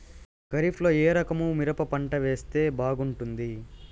ఖరీఫ్ లో ఏ రకము మిరప పంట వేస్తే బాగుంటుంది